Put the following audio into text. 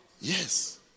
Yes